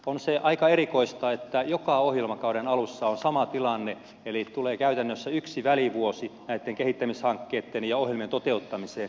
on se aika erikoista että joka ohjelmakauden alussa on sama tilanne eli tulee käytännössä yksi välivuosi näitten kehittämishankkeitten ja ohjelmien toteuttamiseen